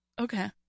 Okay